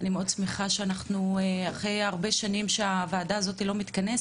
אני מאוד שמחה שאחרי הרבה מאוד שנים שהוועדה הזאת לא מתכנסת,